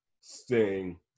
sting